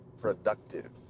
productive